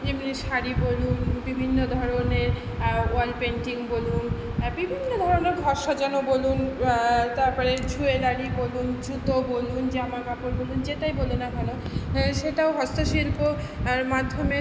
যেমনি শাড়ি বলুন বিভিন্ন ধরণের ওয়াল পেইন্টিং বলুন বিভিন্ন ধরণের ঘর সাজানো বলুন তারপরে জুয়েলারি বলুন জুতো বলুন জামা কাপড় বলুন যেটাই বলুন না কেন সেটাও হস্তশিল্পর মাধ্যমে